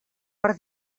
per